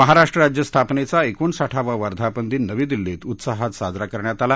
महाराष्ट्र राज्य स्थापनेचा एकोणसाठावा वर्धापन दिन नवी दिल्लीत उत्साहात साजरा करण्यात आला